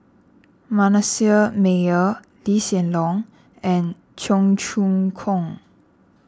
Manasseh Meyer Lee Hsien Loong and Cheong Choong Kong